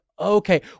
Okay